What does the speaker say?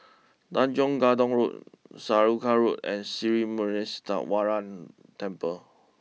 Tanjong Katong Road Saraca Road and Sri Temple